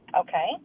okay